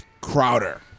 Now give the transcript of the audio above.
Crowder